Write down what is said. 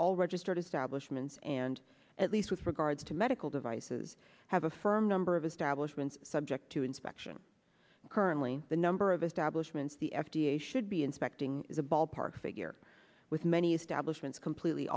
all registered establishment and at least with regards to medical devices have a firm number of establishments subject to inspection currently the number of establishments the f d a should be inspecting is a ballpark figure with many establishments completely